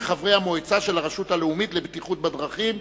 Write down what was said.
חברי המועצה של הרשות הלאומית לבטיחות בדרכים.